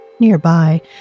Nearby